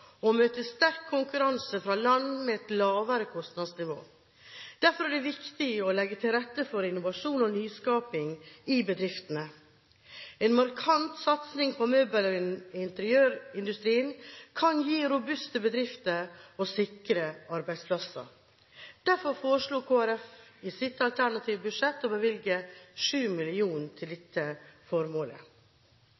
sterk konkurranse fra land med et lavere kostnadsnivå. Derfor er det viktig å legge til rette for innovasjon og nyskaping i bedriftene. En markant satsing på møbel- og interiørindustrien kan gi robuste bedrifter og sikre arbeidsplasser. Derfor foreslo Kristelig Folkeparti i sitt alternative budsjett å bevilge 7 mill. kr til